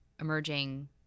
emerging